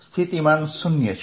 સ્થિતિમાન 0 છે